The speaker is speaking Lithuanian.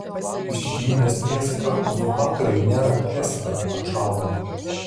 ištikimybės priesaika uzurpatoriui nėra priesaika atšauna